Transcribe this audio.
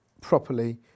properly